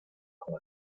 como